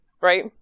Right